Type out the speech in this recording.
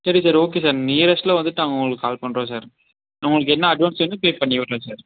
சரி sir okay sir நியரஸ்ட்டில் வந்துட்டு நாங்கள் உங்களுக்கு கால் பண்றோம் சார் உங்களுக்கு என்ன அட்வான்ஸ் வேணும் பே பண்ணி விடுறேன் சார்